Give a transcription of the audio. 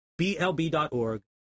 blb.org